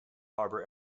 harbor